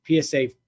PSA